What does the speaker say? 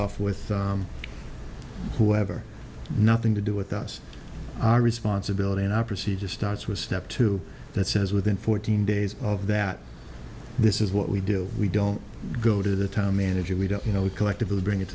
off with whoever nothing to do with us our responsibility in our procedure starts with step two that says within fourteen days of that this is what we do we don't go to the town manager we don't you know we collectively bring it